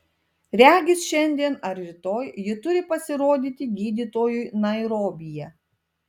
regis šiandien ar rytoj ji turi pasirodyti gydytojui nairobyje